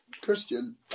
Christian